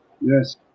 Yes